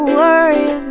worry